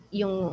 yung